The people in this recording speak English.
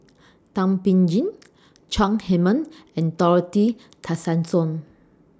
Thum Ping Tjin Chong Heman and Dorothy Tessensohn